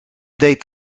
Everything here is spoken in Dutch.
deed